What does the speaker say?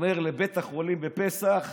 אומר לבית החולים בפסח